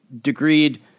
degreed